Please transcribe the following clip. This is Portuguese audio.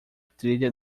trilha